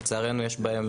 לצערנו יש בהן